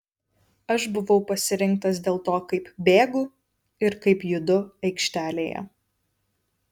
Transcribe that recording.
aš buvau pasirinktas dėl to kaip bėgu ir kaip judu aikštelėje